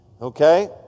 Okay